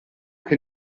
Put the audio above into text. che